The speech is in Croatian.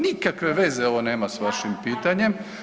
Nikakve veze ovo nema s vašim pitanjem.